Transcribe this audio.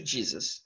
Jesus